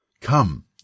Come